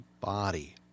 body